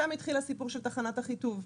שם התחיל הסיפור של תחנת אחיטוב.